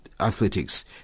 Athletics